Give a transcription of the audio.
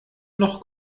noch